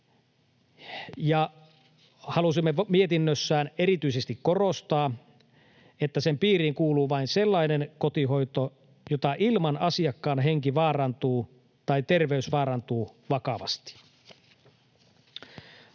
ja halusimme mietinnössä erityisesti korostaa, että sen piiriin kuuluu vain sellainen kotihoito, jota ilman asiakkaan henki vaarantuu tai terveys vaarantuu vakavasti.